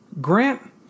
Grant